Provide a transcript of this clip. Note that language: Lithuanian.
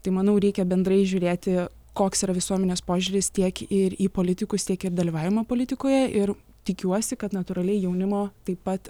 tai manau reikia bendrai žiūrėti koks yra visuomenės požiūris tiek ir į politikus tiek ir į dalyvavimą politikoje ir tikiuosi kad natūraliai jaunimo taip pat